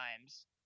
times